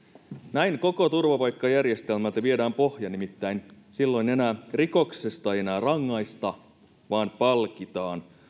näin koko turvapaikkajärjestelmältä viedään pohja nimittäin silloin rikoksesta ei enää rangaista vaan palkitaan